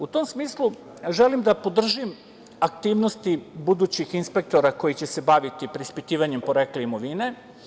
U tom smislu želim da podržim aktivnosti budućih inspektora koji će se baviti preispitivanjem porekla imovine.